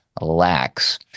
lax